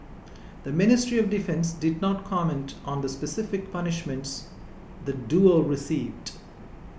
the Ministry of Defence did not comment on the specific punishments the duo received